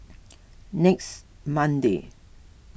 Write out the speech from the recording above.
next monday